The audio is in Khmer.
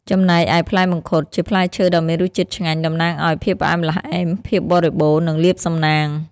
ចំណែកឯផ្លែមង្ឃុត ជាផ្លែឈើដ៏មានរសជាតិឆ្ងាញ់ តំណាងឲ្យ ភាពផ្អែមល្ហែម ភាពបរិបូណ៌ និងលាភសំណាង។